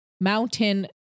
mountain